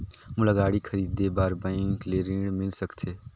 मोला गाड़ी खरीदे बार बैंक ले ऋण मिल सकथे?